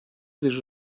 bir